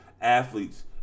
athletes